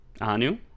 Anu